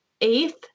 eighth